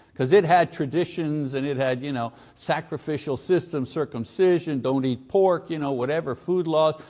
because it had traditions and it had you know sacrificial system, circumcision, don't eat pork, you know whatever, food laws.